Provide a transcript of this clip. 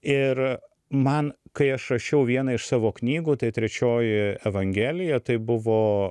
ir man kai aš rašiau vieną iš savo knygų tai trečioji evangelija tai buvo